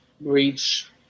reach